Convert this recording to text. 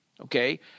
okay